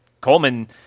Coleman